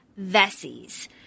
Vessies